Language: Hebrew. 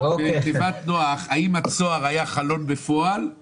מנהל אגף תוכנית הסיוע של משרד השיכון.